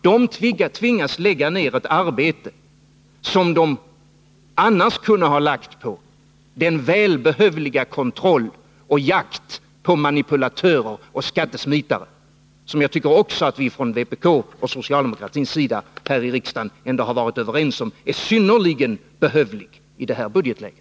De tvingas lägga ner ett arbete på detta som de annars kunde ha lagt ner på den välbehövliga kontrollen av och jakten på manipulatörer och skattesmitare, något som vi inom vpk och socialdemokratin här i riksdagen ändå varit överens om är synnerligen behövligt i detta budgetläge.